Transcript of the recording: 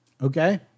Okay